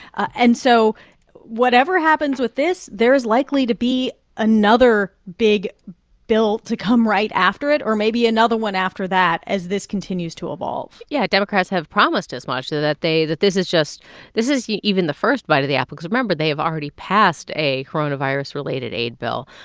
and so whatever happens with this, there is likely to be another big bill to come right after it or maybe another one after that as this continues to evolve yeah. democrats have promised as much that they that this is just this is yeah even the first bite of the apple because, remember, they have already passed a coronavirus-related aid bill.